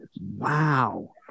Wow